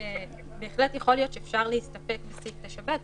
בהחלט יכול להיות שאפשר להסתפק בסעיף 9(ב),